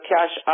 Cash